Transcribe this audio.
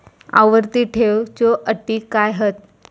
आवर्ती ठेव च्यो अटी काय हत?